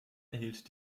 erhielt